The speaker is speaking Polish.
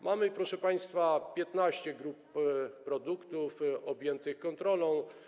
Mamy, proszę państwa, 15 grup produktów objętych kontrolą.